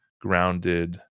grounded